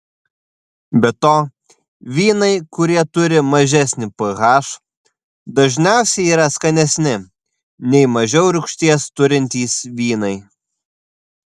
be to vynai kurie turi mažesnį ph dažniausiai yra skanesni nei mažiau rūgšties turintys vynai